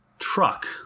truck